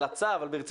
אבל ברצינות,